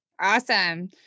Awesome